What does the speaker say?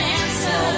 answer